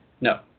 No